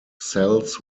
cells